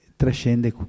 trascende